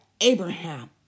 Abraham